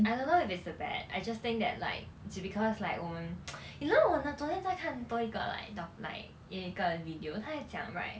I don't know if it's the bat I just think that like it's because like 我们 you know 我那昨天在看多一个 like doc like 一个 video 他也讲 right